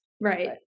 Right